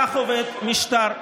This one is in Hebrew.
כך עובד משטר דמוקרטי,